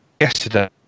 yesterday